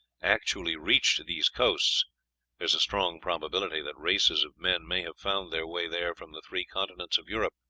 actually reached these coasts there is a strong probability that races of men may have found their way there from the three continents of europe,